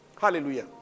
Hallelujah